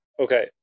Okay